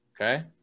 Okay